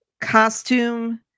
costume